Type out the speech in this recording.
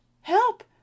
help